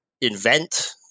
invent